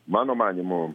mano manymu